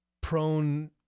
prone